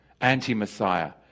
Anti-Messiah